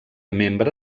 membre